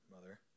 mother